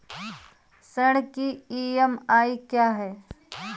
ऋण की ई.एम.आई क्या है?